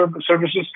services